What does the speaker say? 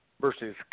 versus